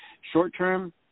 short-term